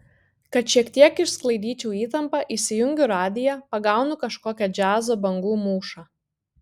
kad šiek tiek išsklaidyčiau įtampą įsijungiu radiją pagaunu kažkokią džiazo bangų mūšą